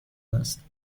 است